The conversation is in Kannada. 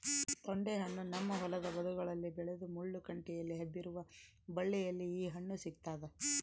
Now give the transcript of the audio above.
ತೊಂಡೆಹಣ್ಣು ನಮ್ಮ ಹೊಲದ ಬದುಗಳಲ್ಲಿ ಬೆಳೆದ ಮುಳ್ಳು ಕಂಟಿಯಲ್ಲಿ ಹಬ್ಬಿರುವ ಬಳ್ಳಿಯಲ್ಲಿ ಈ ಹಣ್ಣು ಸಿಗ್ತಾದ